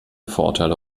vorurteile